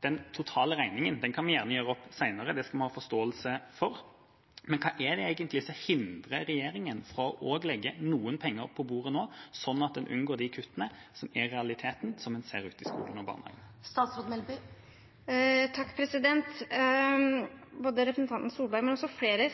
Den totale regningen kan vi gjerne gjøre opp senere, det skal vi ha forståelse for, men hva er det egentlig som hindrer regjeringen fra også å legge noen penger på bordet nå, slik at en unngår disse kuttene, som er den realiteten en ser ute i skoler og barnehager? Representanten Tvedt Solberg, og også flere,